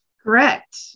Correct